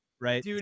Right